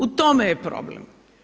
U tome je problem.